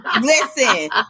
Listen